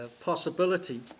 possibility